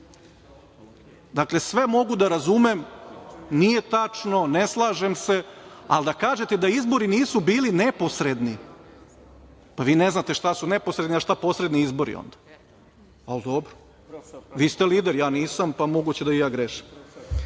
sve mogu da razumem - nije tačno, ne slažem se, ali da kažete da izbori nisu bili neposredni, pa vi ne znate šta su neposredni, a šta posredni izbori onda, ali dobro. Vi ste lider, ja nisam pa je moguće da i ja grešim. Nećemo